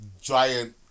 Giant